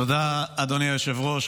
תודה, אדוני היושב-ראש.